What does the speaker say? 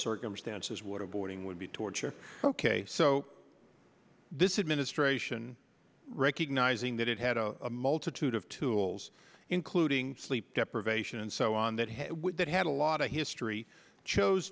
circumstances would have boarding would be torture ok so this is ministration recognising that it had a multitude of tools including sleep deprivation and so on that he that had a lot of history chose